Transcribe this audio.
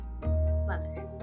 mother